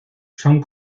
son